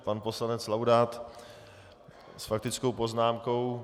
Pan poslanec Laudát s faktickou poznámkou.